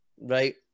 Right